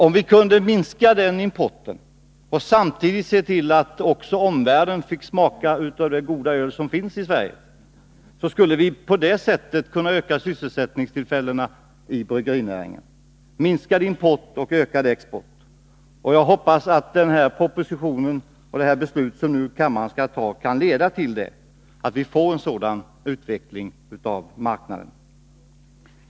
Om vi kunde minska importen och samtidigt se till att också omvärlden fick smaka det goda öl som finns i Sverige, skulle vi på det sättet kunna öka sysselsättningstillfällena inom bryggerinäringen. — Vi vill alltså ha minskad import och ökad export. Jag hoppas att den föreliggande propositionen och det beslut kammaren nu skall fatta kan leda till en sådan utveckling av marknaden.